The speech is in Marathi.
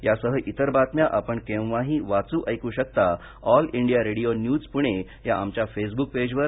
यासह इतर बातम्या आपण केव्हाही वाचू ऐकू शकता All India Radio News Pune या आमच्या फेसबुक पेजवर